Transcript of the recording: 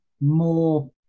more